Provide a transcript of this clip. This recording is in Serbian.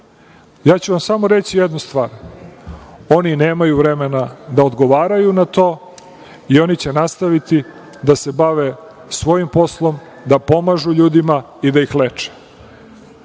ja ću vam samo reći jednu stvar – oni nemaju vremena da odgovaraju na to i oni će nastaviti da se bave svojim poslom, da pomažu ljudima i da ih leče,